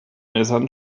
messern